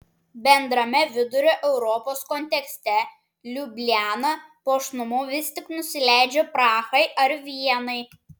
bendrame vidurio europos kontekste liubliana puošnumu vis tik nusileidžia prahai ar vienai